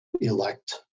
elect